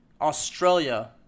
Australia